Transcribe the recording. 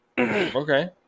okay